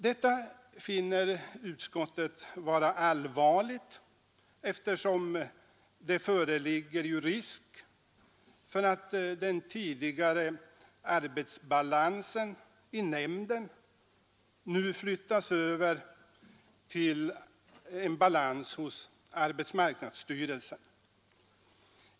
Detta finner utskottet allvarligt, eftersom det föreligger risk för att den tidigare arbetsbalansen i nämnden flyttas över till en balans hos arbetsmarknadsstyrelsen.